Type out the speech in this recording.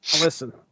Listen